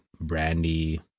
Brandy